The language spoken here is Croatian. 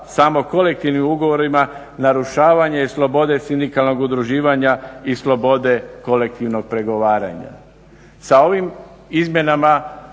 samo kolektivnim ugovorima narušavanje je slobode sindikalnog udruživanja i slobode kolektivnog pregovaranja. Sa ovim izmjenama